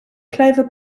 clover